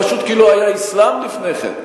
פשוט כי לא היה אסלאם לפני כן.